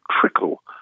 trickle